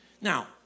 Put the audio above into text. Now